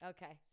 Okay